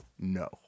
No